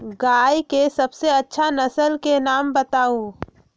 गाय के सबसे अच्छा नसल के नाम बताऊ?